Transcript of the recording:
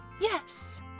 Yes